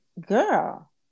girl